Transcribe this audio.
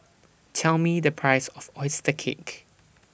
Tell Me The Price of Oyster Cake